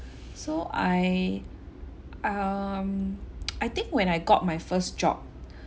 so I um I think when I got my first job